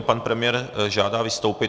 Pan premiér žádá vystoupit.